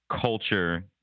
culture